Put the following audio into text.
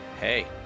Hey